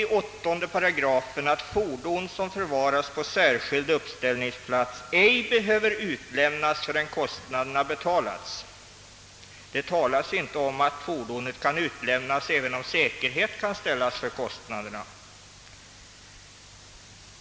I 8 8 sägs: »Fordon som förvaras på särskild uppställningsplats behöver ej utlämnas, förrän kostnaderna betalats.» Det talas inte om att fordonet även kan utlämnas om säkerhet ställes för kostnaderna.